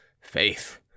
faith